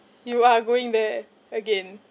you are going there again